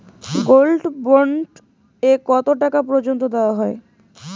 Gold bond এ কতো টাকা পর্যন্ত দেওয়া হয়?